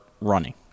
running